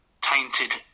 tainted